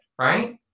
right